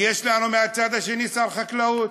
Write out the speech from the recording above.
ויש לנו מהצד השני שר חקלאות,